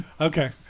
Okay